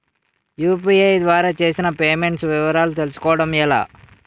UPI ద్వారా చేసిన payments వివరాలు తెలుసుకోవటం ఎలా?